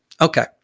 Okay